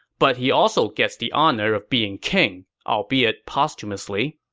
but he also gets the honor of being king, albeit posthumously.